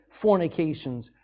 fornications